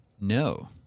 No